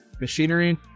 machinery